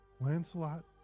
Lancelot